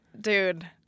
Dude